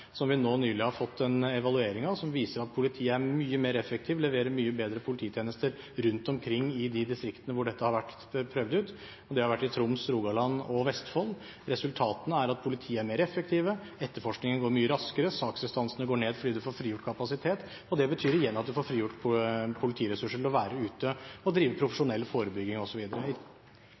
som vi nå nylig har fått en evaluering av, som viser at politiet er mye mer effektivt og leverer mye bedre polititjenester rundt omkring i de distriktene hvor dette har vært prøvd ut, og det har vært i Troms, i Rogaland og i Vestfold. Resultatene er at politiet er mer effektivt, etterforskningen går mye raskere, og saksrestansene går ned fordi en får frigjort kapasitet. Det betyr igjen at en får frigjort politiressurser til å være ute og drive